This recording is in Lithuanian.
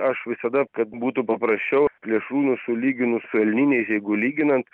aš visada kad būtų paprasčiau plėšrūnus sulyginus su eilniniais jeigu lyginant